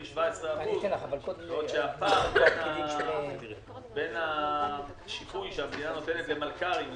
17% בעוד שהפער בין השיפוי שהמדינה נותנת למלכ"רים,